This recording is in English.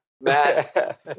Matt